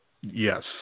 Yes